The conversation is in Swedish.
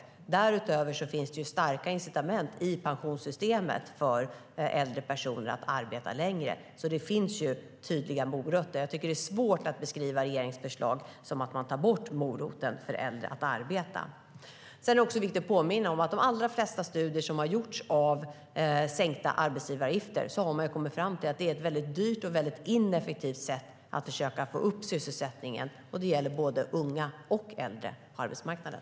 Därutöver finns starka incitament i pensionssystemet för äldre personer att arbeta längre. Det finns tydliga morötter. Jag tycker att det är svårt att beskriva regeringens förslag som att man tar bort moroten för äldre att arbeta. Det är viktigt att påminna om att de allra flesta studier som har gjorts av sänkta arbetsgivaravgifter har visat att det är ett dyrt och ineffektivt sätt att försöka öka sysselsättningen. Det gäller både unga och äldre på arbetsmarknaden.